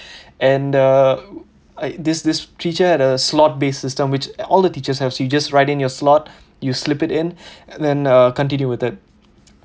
and uh I this this teacher had a slot based system which all the teachers have so you just write in your slot you slip it in and then uh continue with it